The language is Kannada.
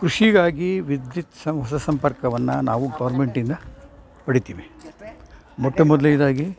ಕೃಷಿಗಾಗಿ ವಿದ್ಯುತ್ ಸಂಪರ್ಕವನ್ನ ನಾವು ಗೌರ್ಮೆಂಟಿಂದ ಪಡಿತೀವಿ ಮೊಟ್ಟ ಮೊದಲನೇಯದಾಗಿ